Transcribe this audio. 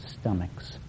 stomachs